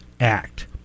Act